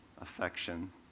affection